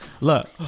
Look